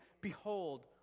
behold